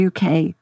UK